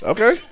Okay